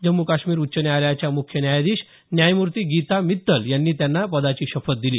जम्मू काश्मीर उच्च न्यायालयाच्या मुख्य न्यायाधीश न्यायमूर्ती गीता मित्तल यांनी त्यांना पदाची शपथ दिली